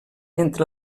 entre